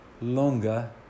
longer